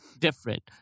different